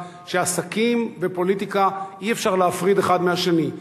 שעסקים ופוליטיקה אי-אפשר להפריד אחד מהשני.